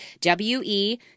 W-E